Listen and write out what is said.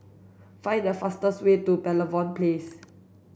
find the fastest way to Pavilion Place